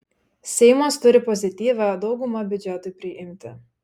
seimas turi pozityvią daugumą biudžetui priimti